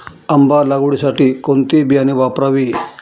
आंबा लागवडीसाठी कोणते बियाणे वापरावे?